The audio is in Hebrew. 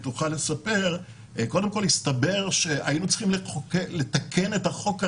הסתבר שהיינו צריכים לתקן את החוק הראשי,